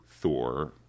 Thor